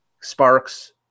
Sparks